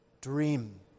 dream